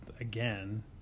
again